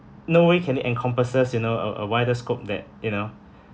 no way can it encompasses you know a a wider scope that you know